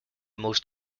most